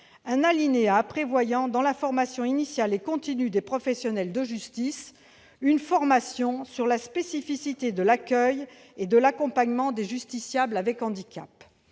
un alinéa prévoyant, dans la formation initiale et continue des professionnels de justice, une formation sur la spécificité de l'accueil et de l'accompagnement des justiciables avec handicap.